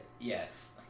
Yes